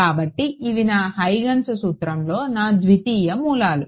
కాబట్టి ఇవి నా హైగెన్స్ సూత్రంలో నా ద్వితీయ మూలాలు